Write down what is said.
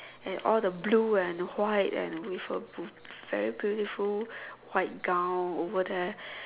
and all the blue and white and with a very beautiful white gown over there